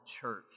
church